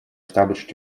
established